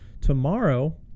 tomorrow